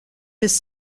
his